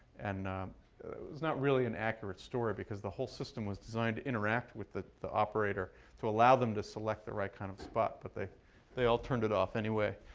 and it was not really an accurate story because the whole system was designed to interact with the the operator to allow them to select the right kind of spot. but they they all turned it off anyway.